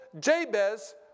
Jabez